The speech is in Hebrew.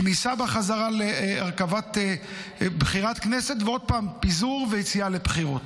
כניסה בחזרה להרכבת בחירת כנסת ועוד פעם פיזור ויציאה לבחירות.